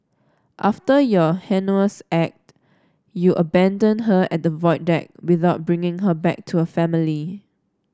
after your heinous act you abandoned her at the Void Deck without bringing her back to her family